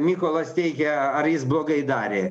mykolas teikia ar jis blogai darė